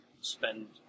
spend